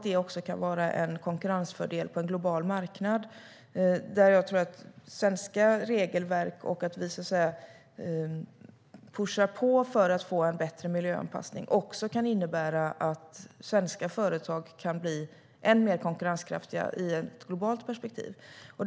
Det kan vara en konkurrensfördel på en global marknad, och att vi pushar på för att få en bättre miljöanpassning kan innebära att svenska företag kan bli än mer konkurrenskraftiga i ett globalt perspektiv.